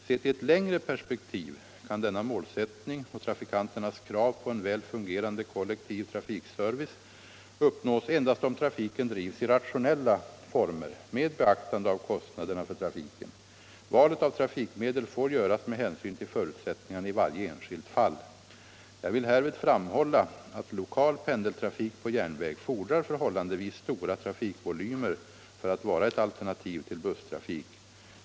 Sett i ett längre perspektiv kan denna målsättning och trafikanternas krav på en väl funge rande kollektiv trafikservice uppnås endast om trafiken drivs i rationella former med beaktande av kostnaderna för trafiken. Valet av trafikmedel får göras med hänsyn till förutsättningarna i varje enskilt fall. Jag vill härvid framhålla att lokal pendeltrafik på järnväg fordrar förhållandevis stora trafikvolymer för att vara ett alternativ till busstrafik.